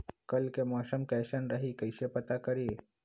कल के मौसम कैसन रही कई से पता करी?